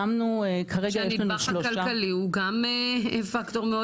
כשהנדבך הכלכלי הוא גם פקטור מאוד